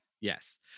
yes